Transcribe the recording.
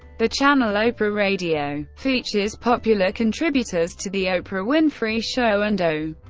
the channel, oprah radio, features popular contributors to the oprah winfrey show and o,